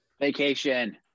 Vacation